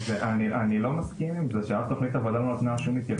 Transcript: אני לא מסכים עם זה שאף תוכנית עבודה לא נתנה שום התייחסות.